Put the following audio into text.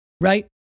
right